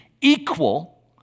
equal